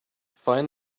find